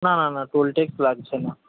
না না না টোল ট্যাক্স লাগছে না